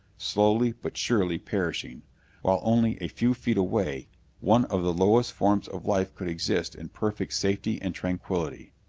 slowly but surely perishing while only a few feet away one of the lowest forms of life could exist in perfect safety and tranquility!